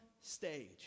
stage